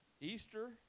Easter